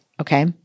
okay